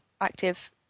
Active